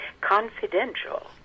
Confidential